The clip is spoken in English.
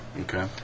Okay